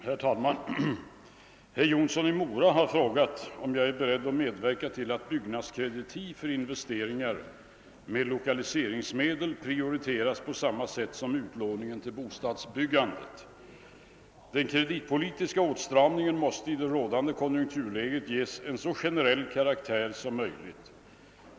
Herr talman! Herr Jonsson i Mora har frågat mig om jag är beredd att medverka till att byggnadskreditiv för investeringar med lokaliseringsmedel prioriteras på samma sätt som utlåningen till bostadsbyggandet. Den = kreditpolitiska åtstramningen måste i det rådande konjunkturläget ges en så generell karaktär som möjligt.